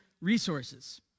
resources